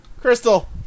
Crystal